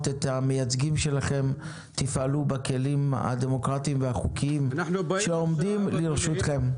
את המייצגים שלכם תפעלו בכלים הדמוקרטיים והחוקיים שעומדים לרשותכם.